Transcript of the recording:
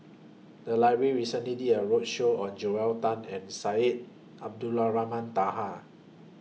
The Library recently did A roadshow on Joel Tan and Syed Abdulrahman Taha